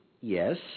yes